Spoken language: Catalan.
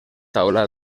taula